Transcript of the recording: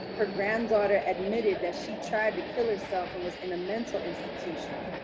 her granddaughter admitted that she tried to kill herself and was in a mental institution.